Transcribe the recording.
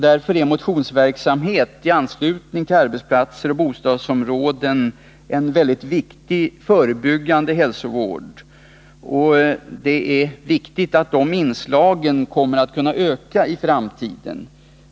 Därför utgör motionsverksamhet i anslutning till arbetsplatser och bostadsområden en mycket betydelsefull förebyggande hälsovård, och det är viktigt att de inslagen ökar i framtiden.